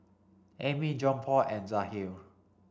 Ammie Johnpaul and Jahir